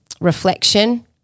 reflection